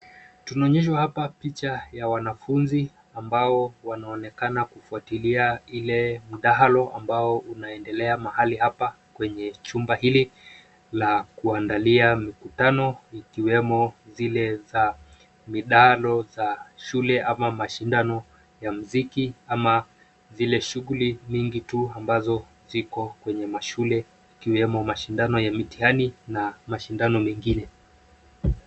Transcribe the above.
Tunaonyeshwa hapa picha ya wanafunzi ambao wanaonekana kufuatilia ile mdahalo ambao unaendelea mahali hapa kwenye chumba hili la kuandalia mikutano ikiwemo zile za midahalo za shule ama mashindano ya muziki ama zile shughuli mingi tu ambazo ziko kwenye mashule ikiwemo mashindano ya mitiani na mashindano mingine.